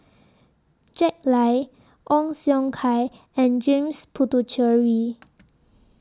Jack Lai Ong Siong Kai and James Puthucheary